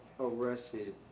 arrested